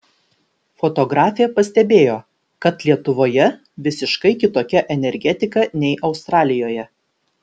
fotografė pastebėjo kad lietuvoje visiškai kitokia energetika nei australijoje